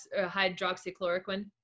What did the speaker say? hydroxychloroquine